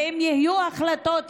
ואם יהיו החלטות,